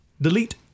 delete